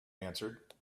answered